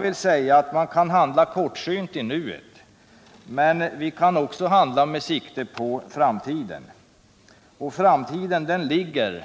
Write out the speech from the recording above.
Vi kan handla kortsynt i nuet, men vi kan också handla med sikte på framtiden, och det senare innebär